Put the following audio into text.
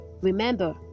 Remember